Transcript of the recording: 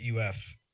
UF